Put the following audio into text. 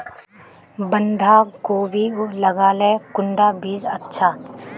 बंधाकोबी लगाले कुंडा बीज अच्छा?